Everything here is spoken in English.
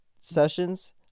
sessions